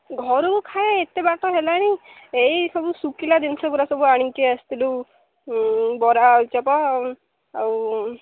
ଘରକୁ ଖାଏ ଏତେ ବାଟ ହେଲାଣି ଏଇ ସବୁ ଶୁଖିଲା ଜିନିଷ ଗୁରା ସବୁ ଆଣିକି ଆସିଥିଲୁ ବରା ଆଳୁଚପ ଆଉ